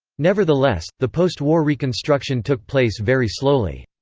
nevertheless, the post-war reconstruction took place very slowly.